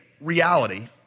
Reality